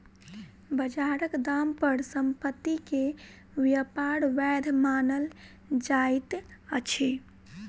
बजारक दाम पर संपत्ति के व्यापार वैध मानल जाइत अछि